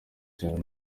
cyane